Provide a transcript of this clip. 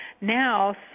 Now